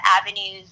avenues